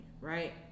right